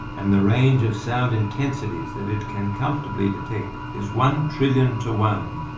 and the range of sound intensities that it can comfortably detect is one trillion to one.